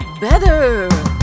better